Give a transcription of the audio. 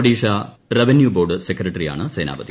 Odisha revenue board secretary ആണ് സേനാപതി